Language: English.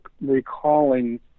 recalling